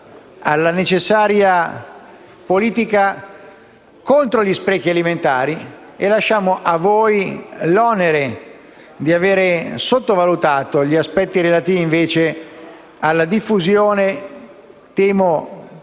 alla necessaria politica contro gli sprechi alimentari e lasciamo a voi l'onere di avere sottovalutato gli aspetti relativi alla diffusione, temo